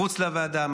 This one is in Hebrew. מחוץ לוועדה,